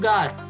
God